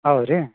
ಹೌದು ರೀ